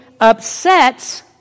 upsets